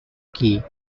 key